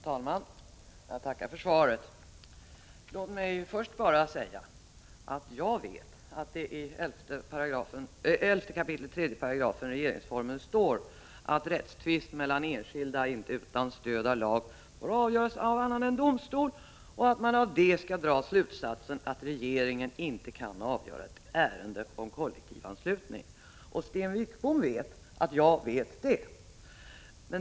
Herr talman! Jag tackar för svaret. Låt mig först säga att jag vet att det i 11 kap. 3 § regeringsformen står att rättstvister mellan enskilda inte utan stöd av lag kan avgöras av annan än domstol. Av det kan man dra slutsatsen att regeringen inte kan avgöra ett ärende om kollektivanslutning. Sten Wickbom vet att jag vet det.